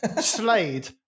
Slade